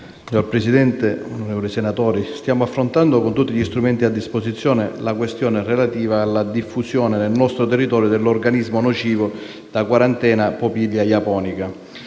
Signor Presidente, onorevoli senatori, stiamo affrontando con tutti gli strumenti a disposizione la questione relativa alla diffusione nel nostro territorio dell'organismo nocivo da quarantena *popillia japonica*.